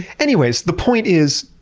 anyway, the point is,